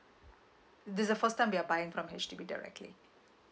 this the first time wer'e buying from H_D_B directly